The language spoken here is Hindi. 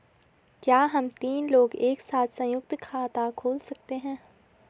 क्या हम तीन लोग एक साथ सयुंक्त खाता खोल सकते हैं?